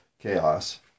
Chaos